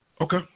Okay